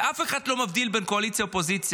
ואף אחד לא מבדיל בין קואליציה לאופוזיציה.